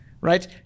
right